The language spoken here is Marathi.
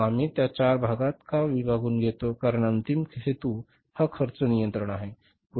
मग आम्ही त्या चार भागात का विभागून घेतो कारण अंतिम हेतू हा खर्च नियंत्रण आहे